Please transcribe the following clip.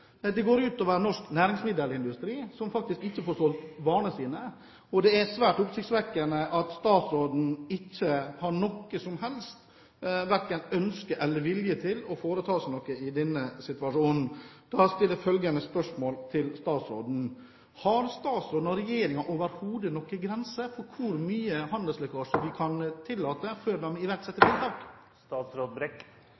det går ut over norsk næringsmiddelindustri, som faktisk ikke får solgt varene sine. Det er svært oppsiktsvekkende at statsråden ikke har noe som helst verken av ønsker eller vilje til å foreta seg noe i denne situasjonen. Da vil jeg stille følgende spørsmål til statsråden: Har statsråden og regjeringen overhodet noen grense for hvor mye handelslekkasje de kan tillate, før man iverksetter